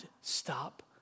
stop